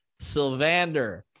Sylvander